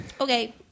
Okay